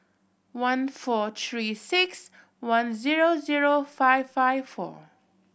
one four Three Six One zero zero five five four